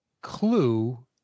clue